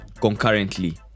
concurrently